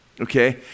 Okay